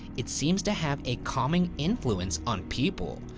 it seems to have a calming influence on people,